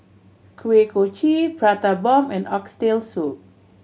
Kuih Kochi Prata Bomb and Oxtail Soup